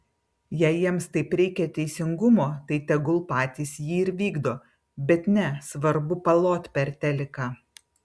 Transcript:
jei jiems taip reikia teisingumo tai tegul patys jį ir vykdo bet ne svarbu palot per teliką